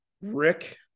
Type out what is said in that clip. Rick